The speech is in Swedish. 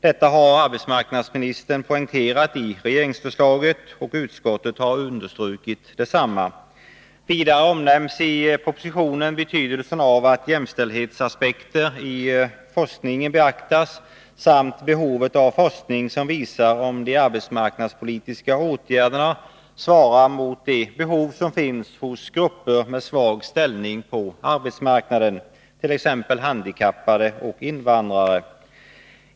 Detta har arbetsmarknadsministern poängterat i regeringsförslaget och utskottet har understrukit detsamma. Vidare omnämns i propositionen betydelsen av att jämställdhetsaspekter i forskningen beaktas samt behovet av forskning som visar om de arbetsmarknadspolitiska åtgärderna svarar mot de behov som finns hos grupper med svag ställning på arbetsmarknaden, t.ex. handikappade och invandrare.